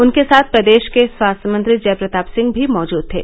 उनके साथ प्रदेश के स्वास्थ्य मंत्री जय प्रताप सिंह भी मौजूद थे